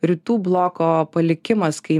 rytų bloko palikimas kai